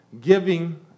giving